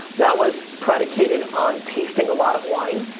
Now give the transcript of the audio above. that was predicated on tasting a lot of wine,